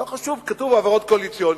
לא חשוב, כתוב העברות קואליציוניות.